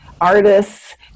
artists